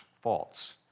faults